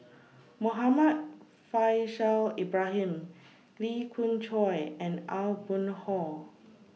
Muhammad Faishal Ibrahim Lee Khoon Choy and Aw Boon Haw